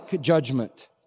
judgment